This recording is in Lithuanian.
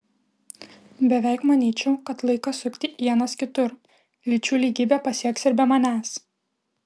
beveik manyčiau kad laikas sukti ienas kitur lyčių lygybę pasieks ir be manęs